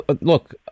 look